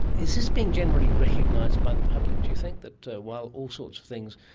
is this being generally recognised by the public, do you think, that while all sorts of things,